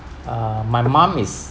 uh my mum is